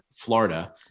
Florida